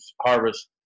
harvest